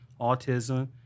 autism